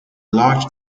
large